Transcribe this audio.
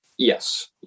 Yes